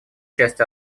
часть